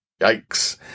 yikes